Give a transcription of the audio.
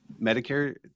Medicare